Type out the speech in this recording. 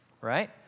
right